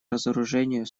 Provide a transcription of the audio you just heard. разоружению